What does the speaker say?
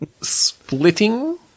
Splitting